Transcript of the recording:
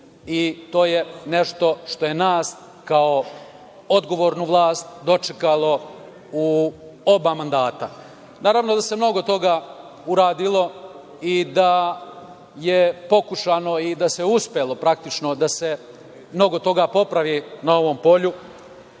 i to je nešto što je nas kao odgovornu vlast dočekalo u oba mandata. Naravno da se mnogo toga uradilo i da je pokušano i da se uspelo, praktično, da se mnogo toga popravi na ovom polju. Danas